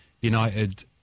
United